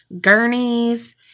gurneys